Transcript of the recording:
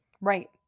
Right